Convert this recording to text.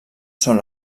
són